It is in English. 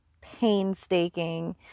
painstaking